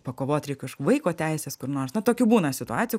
pakovot reik už vaiko teises kur nors na tokių būna situacijų